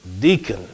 deacon